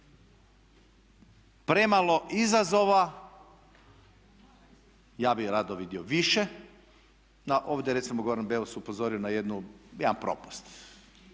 premalo izazova. Ja bih rado vidio više. Da, ovdje je recimo Goran Beus upozorio na jedan propust